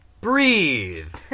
Breathe